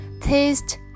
taste